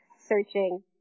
searching